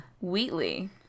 Wheatley